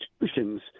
institutions